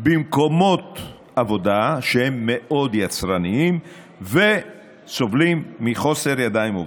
במקומות עבודה שהם מאוד יצרניים וסובלים מחוסר ידיים עובדות.